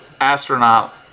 astronaut